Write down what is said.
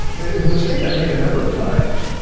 is a mistake i made a number of times,